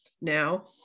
now